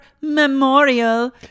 memorial